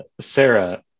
Sarah